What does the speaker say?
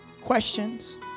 questions